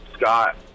Scott